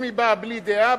אם היא באה בלי דעה,